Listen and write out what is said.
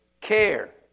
care